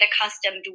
accustomed